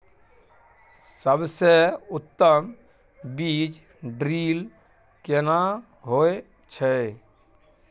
सबसे उत्तम बीज ड्रिल केना होए छै?